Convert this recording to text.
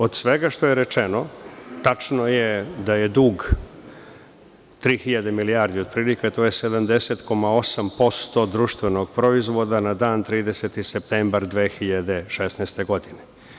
Od svega što je rečeno, tačno je da je dug tri hiljade milijardi otprilike, a to je 70,8% društvenog proizvoda na dan 30. septembar 2016. godine.